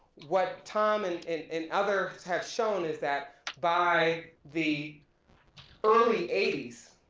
what tom and and and others have shown is that by the early eighty s